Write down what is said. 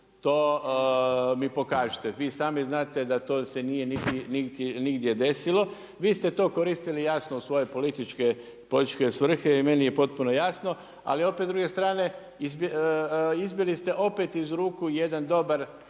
to mi pokažite. Vi sami znate da to se nije niti nigdje desilo. Vi ste to koristili jasno u svoje političke svrhe i meni je potpuno jasno. Ali opet s druge strane izbili ste opet iz ruku jedan dobar